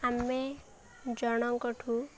ଆମେ ଜଣଙ୍କଠୁ